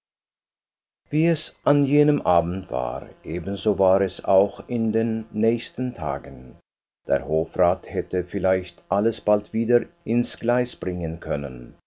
wie es an jenem abend war ebenso war es auch in den nächsten tagen der hofrat hätte vielleicht alles bald wieder ins gleis bringen können